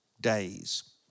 days